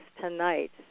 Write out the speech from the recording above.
tonight